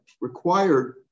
required